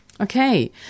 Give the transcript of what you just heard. Okay